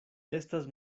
estas